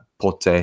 Porte